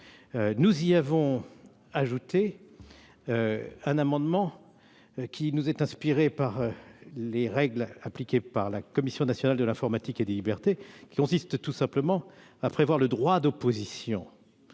Nous y avons ajouté un amendement qui nous a été inspiré par les règles appliquées par la Commission nationale de l'informatique et des libertés, dont l'objet est de prévoir un droit d'opposition